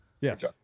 Yes